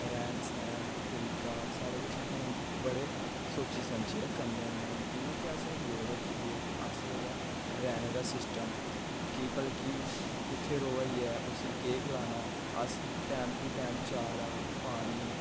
रैह्न सैह्न तरीका सारा कुछ आहें बड़े सोची समझियै करने होने आं जि'यां की असें गौऽ रखी दी ऐ असें ओह्दा रैह्ने दा सिस्टम की भला कि कु'त्थें र'वा दी ऐ उसी केह् खलाना अस टैम टू टैम चारा पानी